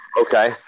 Okay